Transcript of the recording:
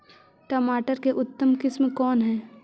टमाटर के उतम किस्म कौन है?